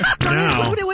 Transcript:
Now